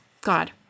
god